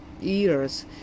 years